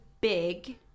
big